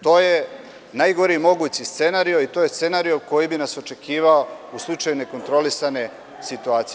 To je najgori mogući scenario i to je scenario koji bi nas očekivao u slučaju ne kontrolisane situacije.